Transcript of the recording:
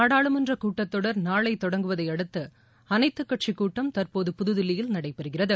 நாடாளுமன்ற கூட்டத்தொடர் நாளை தொடங்குவதை அடுத்து அனைத்து கட்சிக்கூட்டம் தற்போது புதுதில்லியில் நடைபெறுகிறது